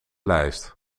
lijst